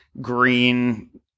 green